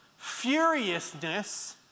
furiousness